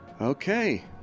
okay